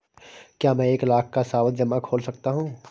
क्या मैं एक लाख का सावधि जमा खोल सकता हूँ?